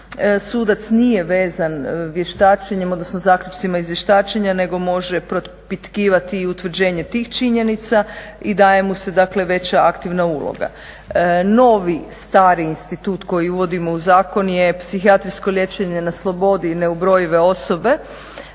Sudac nije vezan vještačenjem, odnosno zaključcima iz vještačenja nego može propitkivati i utvrđenje tih činjenica i daje mu se dakle veća aktivna uloga. Novi stari institut koji uvodimo u zakon je psihijatrijsko liječenje na slobodi neubrojive osobe,